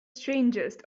strangest